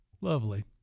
Lovely